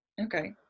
okay